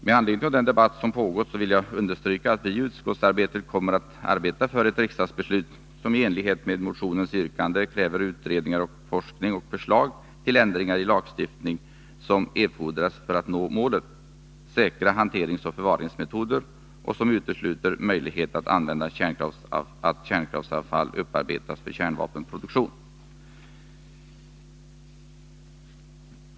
Med anledning av den debatt som pågått vill jag understryka att vi i utskottsarbetet kommer att arbeta för ett riksdagsbeslut som i enlighet med motionens yrkanden kräver de utredningar, den forskning och de förslag till ändringar i lagstiftning som erfordras för att man skall nå målet: säkra hanteringsoch förvaringsmetoder som utesluter möjligheten att kärnkraftsavfall upparbetas för kärnvapenproduktion.